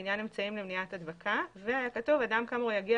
לעניין אמצעים למניעת הדבקה" והיה כתוב ש"אדם כאמור יגיע